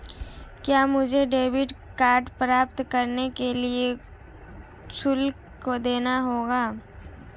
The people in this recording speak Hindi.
क्या मुझे डेबिट कार्ड प्राप्त करने के लिए शुल्क देना होगा?